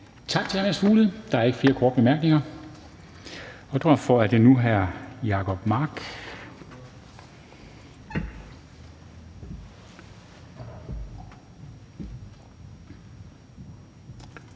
Tak til hr. Mads Fuglede. Der er ikke flere korte bemærkninger. Derfor er det nu hr. Jacob Mark,